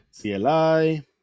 CLI